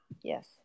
Yes